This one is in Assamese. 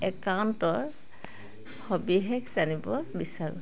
একাউণ্টৰ সবিশেষ জানিব বিচাৰোঁ